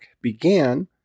began